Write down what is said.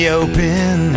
open